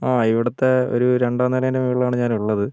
ആ ഇവിടുത്തെ ഒരു രണ്ടാം നിലേന്റെ മുകളിലാണ് ഞാൻ ഉള്ളത്